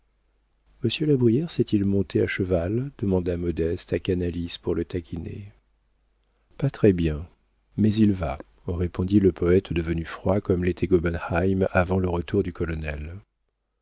la brière sait-il monter à cheval demanda modeste à canalis pour le taquiner pas très bien mais il va répondit le poëte devenu froid comme l'était gobenheim avant le retour du colonel